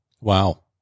Wow